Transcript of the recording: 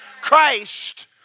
Christ